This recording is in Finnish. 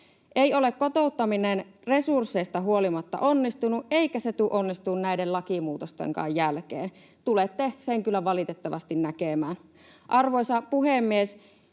Ei ole kotouttaminen resursseista huolimatta onnistunut, eikä se tule onnistumaan näiden lakimuutostenkaan jälkeen. Tulette sen kyllä valitettavasti näkemään. Arvoisa puhemies!